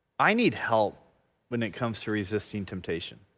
i need help when it comes to resisting temptation.